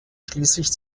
schließlich